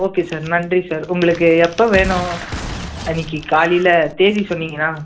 okay sir நன்றி sir உங்களுக்கு எப்போ வேணும் அன்றைக்கி காலைல தேதி சொன்னீங்கன்னா